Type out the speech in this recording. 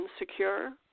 insecure